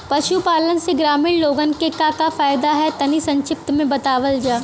पशुपालन से ग्रामीण लोगन के का का फायदा ह तनि संक्षिप्त में बतावल जा?